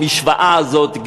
המשוואה הזאת,